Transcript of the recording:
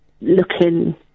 ...looking